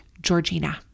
Georgina